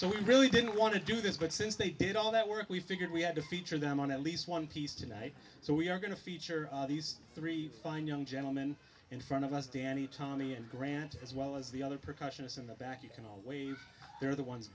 so we really didn't want to do this but since they did all that work we figured we had to feature them on at least one piece tonight so we are going to feature these three fine young gentleman in front of us danny tommy and grant as well as the other precautions in the back you can always they're the ones